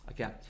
Okay